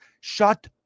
Shut